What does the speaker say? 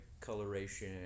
coloration